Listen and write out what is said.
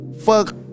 fuck